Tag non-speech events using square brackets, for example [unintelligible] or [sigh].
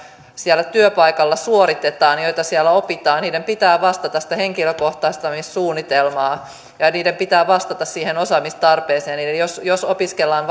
siellä työpaikalla suoritetaan joita siellä opitaan pitää vastata sitä henkilökohtaistamissuunnitelmaa ja ja niiden pitää vastata siihen osaamistarpeeseen jos jos opiskellaan [unintelligible]